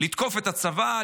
לתקוף את הצבא,